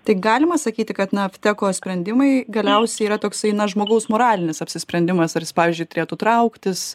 tik galima sakyti kad na vteko sprendimai galiausiai yra toksai na žmogaus moralinis apsisprendimas ar jis pavyzdžiui turėtų trauktis